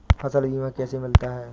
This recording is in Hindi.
फसल बीमा कैसे मिलता है?